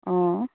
অঁ